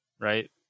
Right